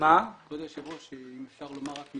אם אפשר לפני כן לומר מילה.